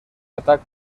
atac